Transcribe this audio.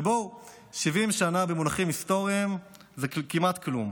ו-70 שנה במונחים היסטוריים זה כמעט כלום.